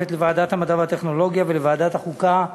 המשותפת לוועדת המדע והטכנולוגיה ולוועדת החוקה,